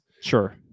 Sure